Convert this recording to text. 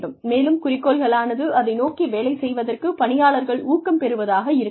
மேலும் குறிக்கோள்களானது அதை நோக்கி வேலை செய்வதற்கு பணியாளர்கள் ஊக்கம் பெறுவதாக இருக்க வேண்டும்